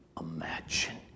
imagine